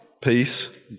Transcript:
peace